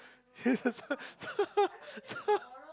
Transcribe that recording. he's a son so